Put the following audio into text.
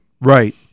Right